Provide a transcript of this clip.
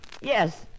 Yes